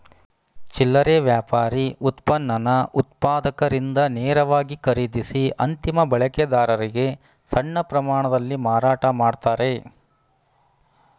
ಚಿಲ್ಲರೆ ವ್ಯಾಪಾರಿ ಉತ್ಪನ್ನನ ಉತ್ಪಾದಕರಿಂದ ನೇರವಾಗಿ ಖರೀದಿಸಿ ಅಂತಿಮ ಬಳಕೆದಾರರಿಗೆ ಸಣ್ಣ ಪ್ರಮಾಣದಲ್ಲಿ ಮಾರಾಟ ಮಾಡ್ತಾರೆ